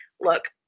look